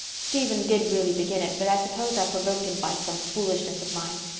stephen did really begin it, but i suppose i provoked him by some foolishness of mine.